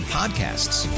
podcasts